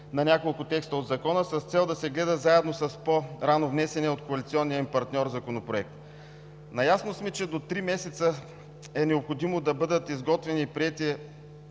на няколко текста от Закона с цел да се гледа заедно с по-рано внесения от коалиционния им партньор законопроект. Наясно сме, че до три месеца е необходимо да бъдат изготвени и приети